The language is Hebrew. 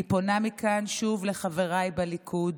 אני פונה מכאן שוב לחבריי בליכוד: